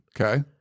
Okay